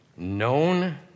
known